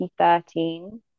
2013